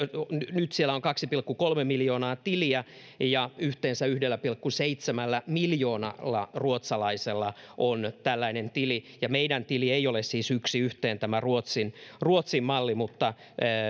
avattu kaksi pilkku kolme miljoonaa tiliä ja yhteensä yhdellä pilkku seitsemällä miljoonalla ruotsalaisella on tällainen tili meidän tilimme ei ole siis yksi yhteen tämän ruotsin mallin kanssa mutta